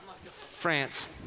France